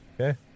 okay